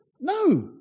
No